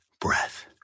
breath